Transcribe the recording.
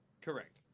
Correct